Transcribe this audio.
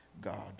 God